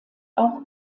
auch